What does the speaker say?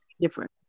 different